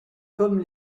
comme